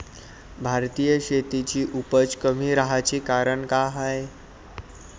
भारतीय शेतीची उपज कमी राहाची कारन का हाय?